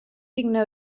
digna